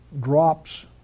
drops